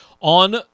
on